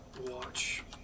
watch